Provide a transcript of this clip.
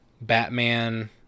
Batman